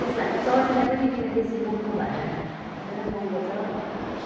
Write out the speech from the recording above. त्यसमा हामी चढ्दिनँ पनि किन बेसी महँगो भएर एकदमै महँगो छ